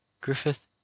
Griffith